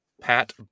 Pat